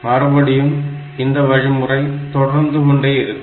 மறுபடியும் இந்த முறை தொடர்ந்து கொண்டே இருக்கும்